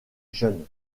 jeunes